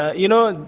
you know,